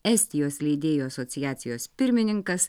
estijos leidėjų asociacijos pirmininkas